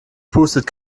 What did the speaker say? pustet